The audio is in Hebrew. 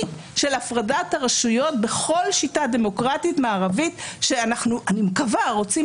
של הפרדת הרשויות בכל שיטה דמוקרטית מערבית שאני מקווה שאנחנו רוצים